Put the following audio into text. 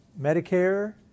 Medicare